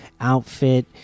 outfit